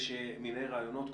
יש מיני רעיונות,